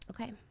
Okay